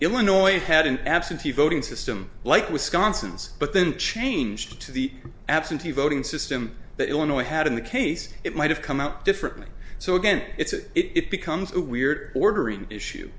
illinois had an absentee voting system like wisconsin's but then changed to the absentee voting system that illinois had in the case it might have come out differently so again it's it becomes a weird ordering issue